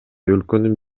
өлкөнүн